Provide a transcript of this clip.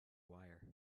wire